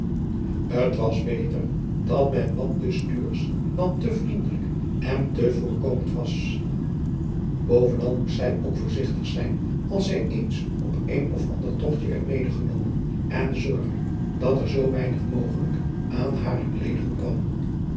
t was beter dat men wat te stuursch dan te vriendelijk en te voorkomend was bovenal moest zij ook voorzigtig zijn als zij eens op een of ander togtje werd medegenomen en zorgen dat er zoo weinig mogelijk aan hare kleederen kwam